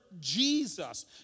Jesus